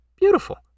beautiful